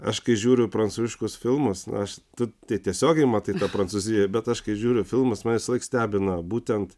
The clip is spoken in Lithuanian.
aš kai žiūriu prancūziškus filmus na aš tu tiesiogiai matai tą prancūziją bet aš kai žiūriu filmus mane visąlaik stebina būtent